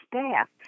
staff